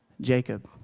Jacob